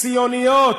ציוניות,